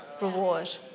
reward